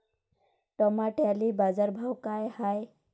टमाट्याले बाजारभाव काय हाय?